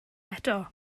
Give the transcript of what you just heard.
eto